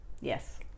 Yes